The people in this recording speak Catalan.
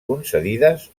concedides